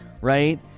right